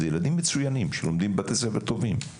זה ילדים מצוינים שלומדים בבתי ספר טובים.